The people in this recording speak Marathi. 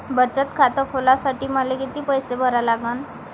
बचत खात खोलासाठी मले किती पैसे भरा लागन?